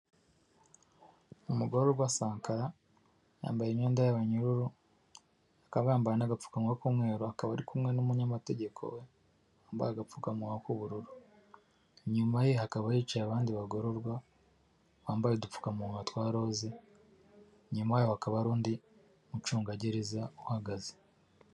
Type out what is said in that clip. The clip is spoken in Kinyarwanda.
Umugorerwa Sankara, yambaye imyenda y'abanyururu akaba yambaye n'agapfukamunwa k'umweru, akaba ari kumwe n'umunyamategeko we wambaye agapfukamunwa k'ubururu, inyuma ye hakaba hicaye abandi bagororwa bambaye udupfukamunwa twa roze, inyuma yabo hakaba hari undi mucungagereza uhagaze.